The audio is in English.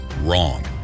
Wrong